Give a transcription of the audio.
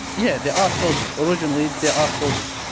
yeah, they are soldiers. originally, they are soldiers.